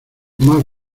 más